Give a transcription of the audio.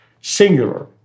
singular